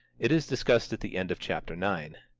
it is discussed at the end of chapter nine.